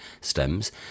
stems